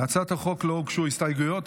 להצעת החוק לא הוגשו הסתייגויות,